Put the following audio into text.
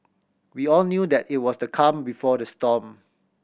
we all knew that it was the calm before the storm